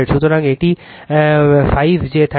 সুতরাং এটি 5 j 314 Ω